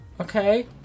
Okay